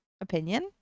opinion